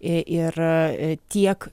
ir tiek